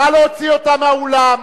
נא להוציא אותה מהאולם.